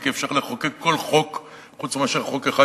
כי אפשר לחוקק כל חוק חוץ מאשר חוק אחד,